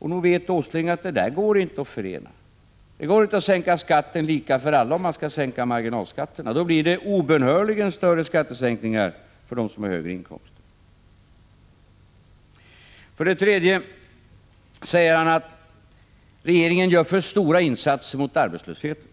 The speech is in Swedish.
Men nog vet Nils Åsling att detta inte går att förena. Man kan inte sänka skatten lika för alla, om man vill sänka marginalskatterna. Då blir det obönhörligen större skattesänkning för dem som har högre inkomster. För det tredje påstår Nils Åsling att regeringen gör för stora insatser mot arbetslösheten.